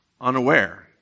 unaware